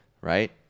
right